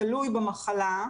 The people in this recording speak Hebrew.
תלוי במחלה,